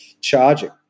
charging